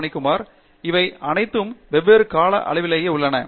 பாணிகுமார் இவை அனைத்தும் வெவ்வேறு கால அளவிலேயே உள்ளன